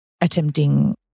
attempting